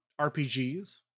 RPGs